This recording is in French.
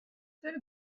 seuls